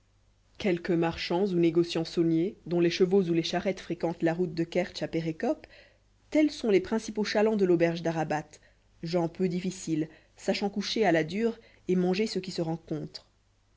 quelques marchands ou négociants sauniers dont les chevaux ou les charrettes fréquentent la route de kertsch à pérékop tels sont les principaux chalands de l'auberge d'arabat gens peu difficiles sachant coucher à la dure et manger ce qui se rencontre